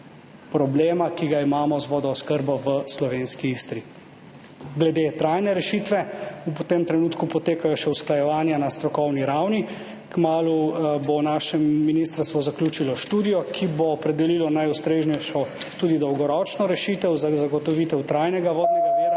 problema, ki ga imamo z vodooskrbo v slovenski Istri. Glede trajne rešitve. V tem trenutku še potekajo usklajevanja na strokovni ravni. Kmalu bo naše ministrstvo zaključilo študijo, ki bo opredelila najustreznejšo, tudi dolgoročno rešitev za zagotovitev trajnega vodnega vira